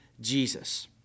Jesus